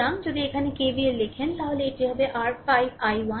সুতরাং যদি এখানে KVL লিখেন তাহলে এটি হবে r 5 i1